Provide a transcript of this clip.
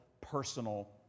personal